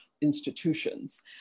institutions